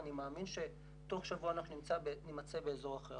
ואני מאמין שתוך שבוע אנחנו נימצא באזור אחר.